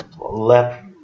left